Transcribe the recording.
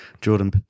Jordan